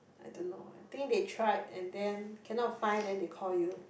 I don't know I think they tried and then cannot find then they call you